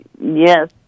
Yes